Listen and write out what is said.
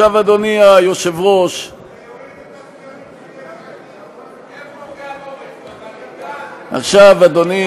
זה, את הסקרים של יש עתיד, עכשיו, אדוני